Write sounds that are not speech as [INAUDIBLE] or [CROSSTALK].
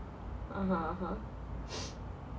(uh huh) (uh huh) [NOISE]